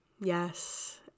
Yes